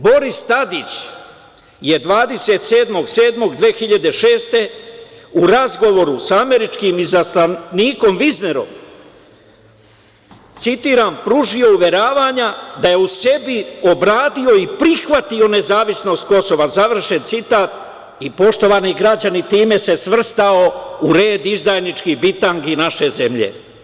Boris Tadić je 27.7.2006. godine u razgovoru sa američkim izaslanikom Viznerom, citiram: "pružio uveravanja da je u sebi obradio i prihvatio nezavisnost Kosova, završen citat, i poštovani građani, time se svrstao u red izdajničkih bitangi naše zemlje"